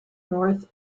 north